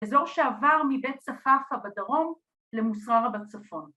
‫אזור שעבר מבית צפפה בדרום ‫למוסררה בצפון.